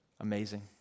Amazing